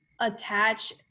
attach